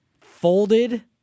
Folded